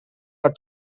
are